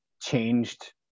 changed